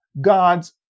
God's